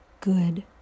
good